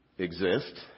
exist